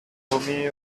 tomé